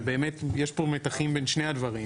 זה באמת, יש פה מתחים בין שני הדברים.